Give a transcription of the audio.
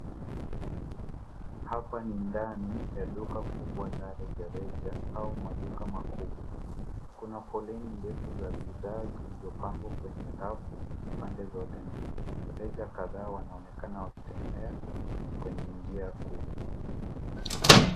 Hapa ni ndani ya duka kubwa la rejareja au maduka makubwa. Kuna foleni ndefu za bidhaa zilizopangwa kwenye rafu pande zote mbili. Wateja kadhaa wanaoenkana wakitembea kwenye njia kuu.